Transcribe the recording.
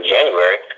January